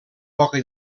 poca